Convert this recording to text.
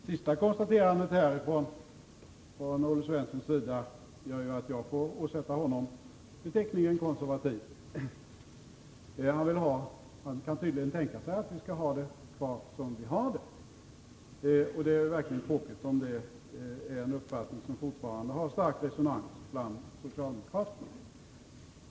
Herr talman! Det senaste konstaterandet från Olle Svenssons sida gör att jag får åsätta honom beteckningen konservativ. Han kan tydligen tänka sig att vi skall ha det kvar som vi har det. Det är verkligen tråkigt, om det är en uppfattning som fortfarande har stark resonans bland socialdemokraterna.